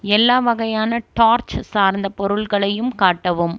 எல்லா வகையான டார்ச் சார்ந்த பொருள்களையும் காட்டவும்